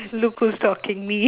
looks who talking me